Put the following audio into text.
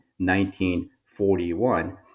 1941